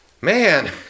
man